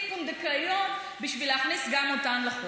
פונדקאיות בשביל להכניס גם אותם לחוק.